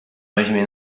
weźmie